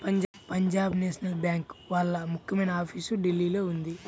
Punjab national bank వాళ్ళ ముఖ్యమైన office ఢిల్లీలో ఉంది